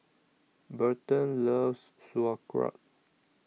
Burton loves Sauerkraut